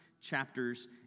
chapters